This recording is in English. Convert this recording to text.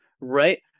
right